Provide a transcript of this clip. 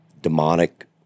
demonic